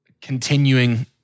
continuing